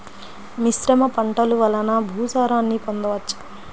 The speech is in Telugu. మిశ్రమ పంటలు వలన భూసారాన్ని పొందవచ్చా?